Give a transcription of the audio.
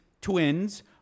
twins